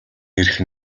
эрх